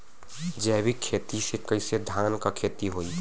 जैविक खेती से कईसे धान क खेती होई?